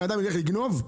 שהבן אדם ילך לגנוב?